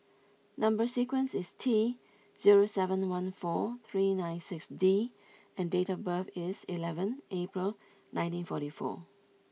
number sequence is T zero seven one four three nine six D and date of birth is eleven April nineteen forty four